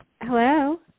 Hello